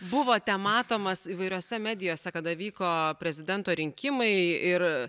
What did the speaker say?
buvote matomas įvairiose medijose kada vyko prezidento rinkimai ir